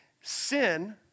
sin